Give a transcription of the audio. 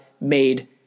made